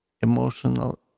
emotional